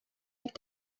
ilk